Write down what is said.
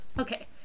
Okay